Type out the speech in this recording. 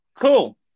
Cool